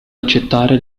accettare